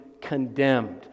condemned